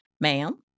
ma'am